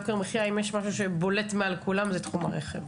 יוקר מחיה" ואם יש משהו שבולט מעל כולם זה תחום הרכב.